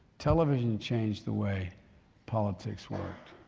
television changed the way politics worked